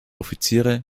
offiziere